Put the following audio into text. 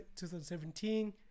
2017